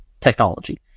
technology